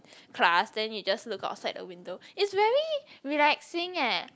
class then you just look outside the window it's very relaxing eh